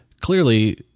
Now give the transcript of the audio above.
clearly